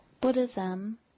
Buddhism